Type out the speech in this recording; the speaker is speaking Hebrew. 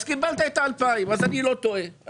וקיבלת 2,000. אני לא טועה,